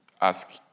ask